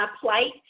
plight